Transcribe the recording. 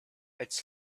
its